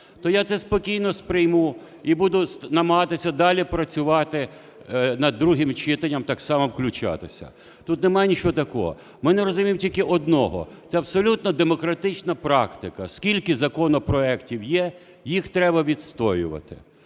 то я це спокійно сприйму і буду намагатися далі працювати над другим читанням, так само включатися, тут нема нічого такого. Ми не розуміємо тільки одного, це абсолютно демократична практика, скільки законопроектів є – їх треба відстоювати.